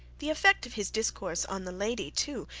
the effect of his discourse on the lady too,